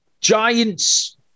Giants